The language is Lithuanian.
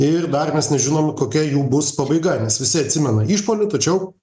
ir dar mes nežinom kokia jų bus pabaiga nes visi atsimena išpuolį tačiau